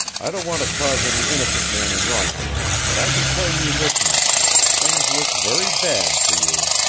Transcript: i don't want to cause any innocent man annoyance, but i can tell you this much things look very bad for you!